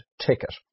ticket